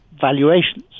valuations